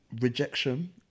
rejection